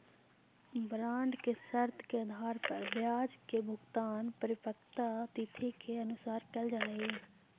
bond के शर्त के आधार पर ब्याज के भुगतान परिपक्वता तिथि के अनुसार कैल जा हइ